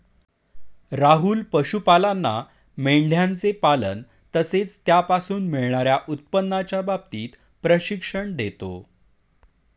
राहुल पशुपालांना मेंढयांचे पालन तसेच त्यापासून मिळणार्या उत्पन्नाच्या बाबतीत प्रशिक्षण देतो